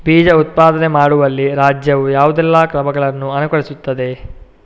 ಬೀಜ ಉತ್ಪಾದನೆ ಮಾಡುವಲ್ಲಿ ರಾಜ್ಯವು ಯಾವುದೆಲ್ಲ ಕ್ರಮಗಳನ್ನು ಅನುಕರಿಸುತ್ತದೆ?